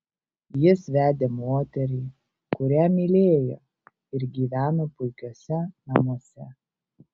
jis vedė moterį kurią mylėjo ir gyveno puikiuose namuose